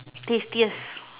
tastiest